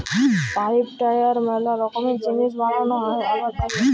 pipe, tyre ম্যালা রকমের জিনিস বানানো হ্যয় রাবার দিয়ে